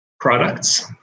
products